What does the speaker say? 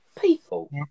people